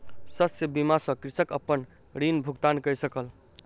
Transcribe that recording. शस्य बीमा सॅ कृषक अपन ऋण भुगतान कय सकल